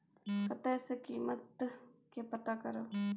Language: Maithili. कतय सॅ कीमत के पता करब?